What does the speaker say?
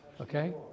Okay